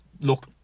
Look